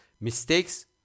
mistakes